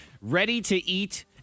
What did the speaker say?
ready-to-eat